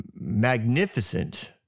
magnificent